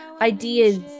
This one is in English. ideas